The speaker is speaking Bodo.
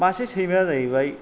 मासे सैमाया जाहैबाय